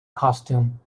costume